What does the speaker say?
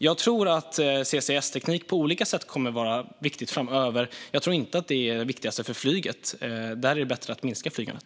Jag tror att CCS-teknik på olika sätt kommer att vara viktig framöver. Jag tror dock inte att det är det viktigaste för flyget, utan där är det bättre att minska flygandet.